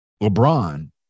LeBron